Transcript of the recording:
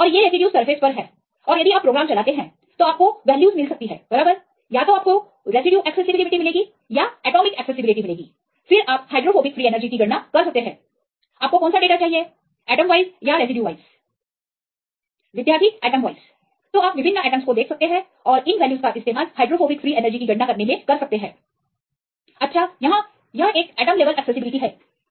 और ये रेसिड्यूज सतह पर हैं और यदि आप प्रोग्राम चलाते हैं तो आपको वैल्यूज मिल सकती है बराबर या तो आपको रेसिड्यूज एक्सेसिबिलिटी मिलेगी या एटॉमिक एक्सेसिबिलिटी मिलेगी फिर आप हाइड्रोफोबिक फ्रीएनर्जी की गणना कर सकते हैं आपको कौनसा डेटा चाहिए एटॉम वाइज या रेसिड्यूज वाइज एटॉम वाइज विद्यार्थी एटॉम वाइज तो आप विभिन्न एटमस को देख सकते हैं और इन वैल्यूज का इस्तेमाल हाइड्रोफोबिक फ्रीएनर्जी की गणना में कर सकते हैं अच्छा यहाँ यह एक एटम लेवल एक्सेसिबिलिटी है